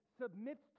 submits